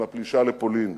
עם הפלישה לפולין,